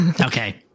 Okay